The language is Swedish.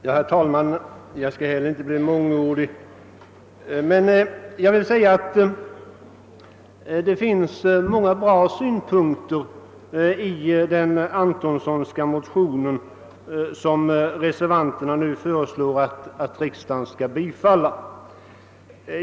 Herr talman! Jag skall inte heller bli mångordig, men jag vill säga att det har framförts många bra synpunkter i den Antonssonska motionen som reservanterna nu föreslår att riksdagen skall bifalla.